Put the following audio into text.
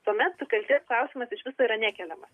tuomet tas kaltės klausimas išvis yra nekeliamas